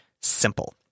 simple